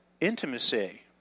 intimacy